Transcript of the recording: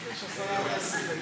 להסיר.